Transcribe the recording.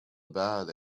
about